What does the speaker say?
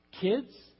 Kids